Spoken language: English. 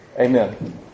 Amen